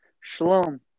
Shalom